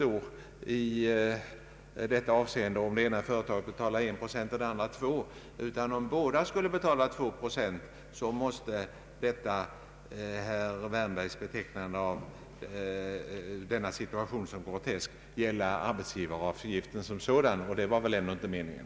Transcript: Om det ena företaget betalar 1 procent och det andra 2 procent kan därvidlag inte utgöra någon avgörande skillnad. Herr Wärnbergs omdöme måste därför gälla arbetsgivaravgiften som sådan. Och det var väl ändå inte meningen.